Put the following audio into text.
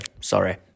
sorry